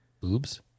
Boobs